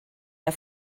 der